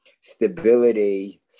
stability